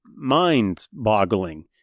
mind-boggling